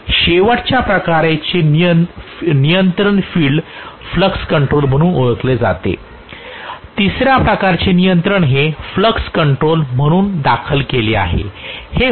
नंतर शेवटच्या प्रकारचे नियंत्रण फील्ड फ्लक्स कंट्रोल म्हणून ओळखले जाते तिसऱ्या प्रकारचे नियंत्रण हे फ्लक्स कंट्रोल म्हणून दाखल केले जाते